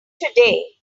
today